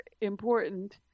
important